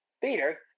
Peter